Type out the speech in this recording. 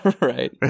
right